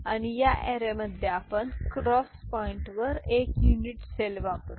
आणि या अॅरेमध्ये आपण क्रॉस पॉईंटवर एक युनिट सेल वापरू